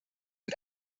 mit